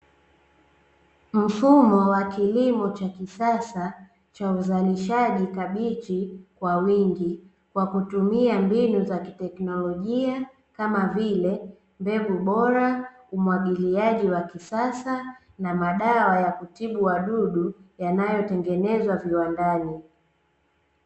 Mfumo wa kilimo cha kisasa cha uzalishaji kabichi, kwa wingi kwa kutumia mbinu za kiteknolojia kama vile mbegu bora, kumwagiliaji wa kisasa, na madawa ya kutibu wadudu yanayotengenezwa viwandani.